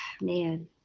man